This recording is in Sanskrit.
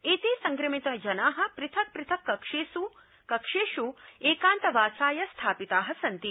एते संक्रमित जना पृथक् पृथक् कक्षेषु एकान्तवासाय स्थापिता सन्ति